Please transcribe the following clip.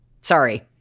sorry